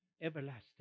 Everlasting